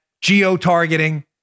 geo-targeting